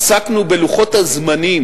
עסקנו בלוחות הזמנים